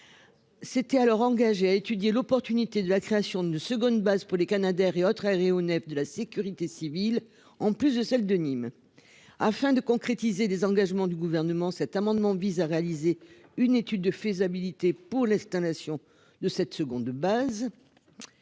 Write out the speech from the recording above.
S'était alors engagée à étudier l'opportunité de la création d'une seconde base pour les canadairs et autres et honnête de la sécurité civile. En plus de celle de Nîmes afin de concrétiser les engagements du gouvernement cet amendement vise à réaliser une étude de faisabilité pour l'installation de cette seconde de base.